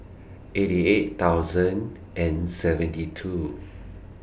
eighty eight thousand and seventy two